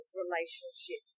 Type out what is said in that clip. relationship